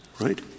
Right